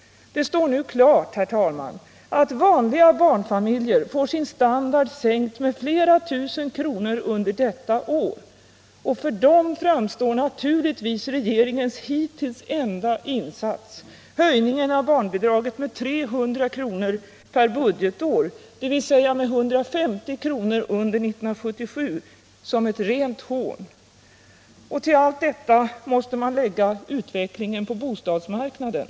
Det står nu klart, herr talman, att vanliga barnfamiljer får sin standard sänkt med flera tusen kronor under detta år. För dem framstår naturligtvis regeringens hittills enda insats — höjningen av barnbidraget med 300 kr. per budgetår, dvs. med 150 kr. under 1977 —- som ett rent hån. Till allt detta måste man lägga utvecklingen på bostadsmarknaden.